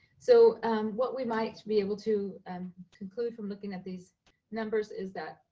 so what we might be able to conclude from looking at these numbers is that,